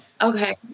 Okay